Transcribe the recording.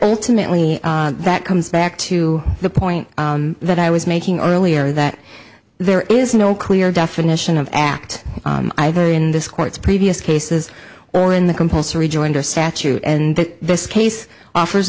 ultimately that comes back to the point that i was making earlier that there is no clear definition of act either in this court's previous cases or in the compulsory joinder statute and that this case offers